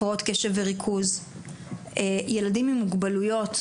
הפרעות קשב וריכוז, ילדים עם מוגבלויות,